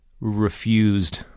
refused